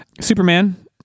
superman